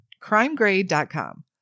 CrimeGrade.com